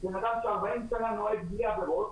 בן אדם ש-40 שנה נוהג בלי עבירות,